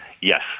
Yes